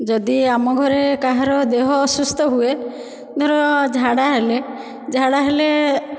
ଯଦି ଆମ ଘରେ କାହାର ଦେହ ଅସୁସ୍ଥ ହୁଏ ଧର ଝାଡ଼ା ହେଲେ ଝାଡ଼ା ହେଲେ